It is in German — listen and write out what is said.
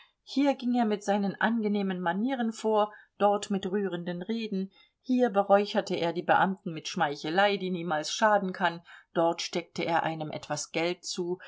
hier ging er mit seinen angenehmen manieren vor dort mit rührenden reden hier beräucherte er die beamten mit schmeichelei die niemals schaden kann dort steckte er einem etwas geld zu